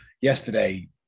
yesterday